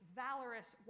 valorous